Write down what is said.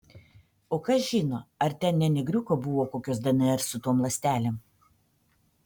o kas žino ar ten ne negriuko buvo kokios dnr su tom ląstelėm